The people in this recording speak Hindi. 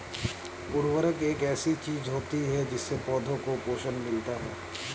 उर्वरक एक ऐसी चीज होती है जिससे पौधों को पोषण मिलता है